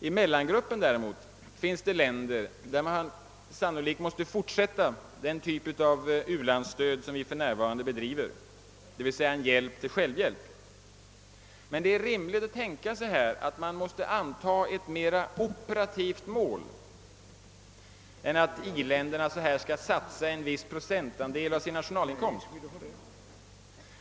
I mellangruppen däremot finns det länder till vilka vi sannolikt måste fortsätta den typ av u-landsstöd vi för närvarande ger, d.v.s. en hjälp till självhjälp. Men det är rimligt att tänka sig att vi måste anta ett mera operativt mål än att industriländerna satsar en viss procentandel av sin nationalinkomst.